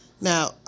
Now